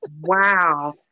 Wow